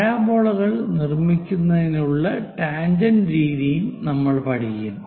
പരാബോളകൾ നിർമ്മിക്കുന്നതിനുള്ള ടാൻജെന്റ് രീതിയും നമ്മൾ പഠിക്കും